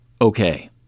Okay